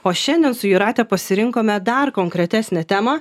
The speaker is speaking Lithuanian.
o šiandien su jūrate pasirinkome dar konkretesnę temą